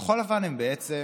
כחול לבן הם בעצם